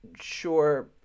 sure